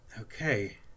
Okay